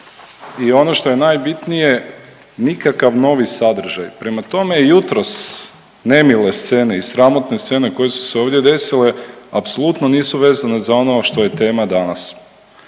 i ono što je najbitnije nikakav novi sadržaj. Prema tome jutros nemile scene i sramotne scene koje su se ovdje desile apsolutno nisu vezane za ono što je tema danas.